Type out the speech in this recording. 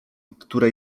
które